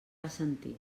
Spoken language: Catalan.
assentir